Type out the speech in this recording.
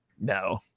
no